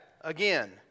again